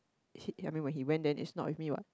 he he went there is not with me what